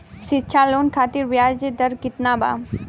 शिक्षा लोन खातिर ब्याज दर केतना बा?